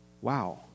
wow